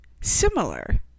similar